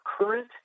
current